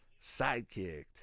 Sidekicked